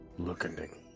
looking